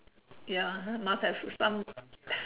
ya must have some